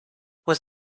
was